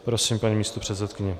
Prosím, paní místopředsedkyně.